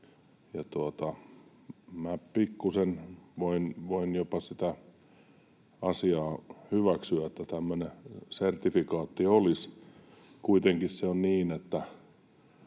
voin jopa sitä asiaa hyväksyä, että tämmöinen sertifikaatti olisi. Kuitenkin se on niin, että